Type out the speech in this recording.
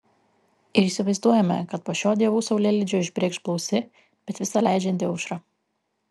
ir įsivaizduojame kad po šio dievų saulėlydžio išbrėkš blausi bet visa leidžianti aušra